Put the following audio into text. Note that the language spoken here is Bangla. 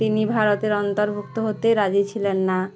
তিনি ভারতের অন্তর্ভুক্ত হতে রাজি ছিলেন না